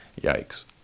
Yikes